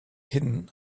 hidden